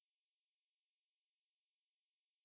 at ya every every act counts